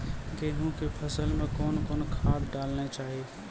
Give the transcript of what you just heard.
गेहूँ के फसल मे कौन कौन खाद डालने चाहिए?